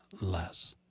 less